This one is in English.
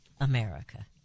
America